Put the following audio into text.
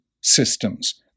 systems